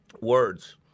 Words